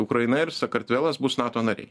ukraina ir sakartvelas bus nato nariai